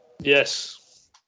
Yes